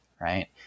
right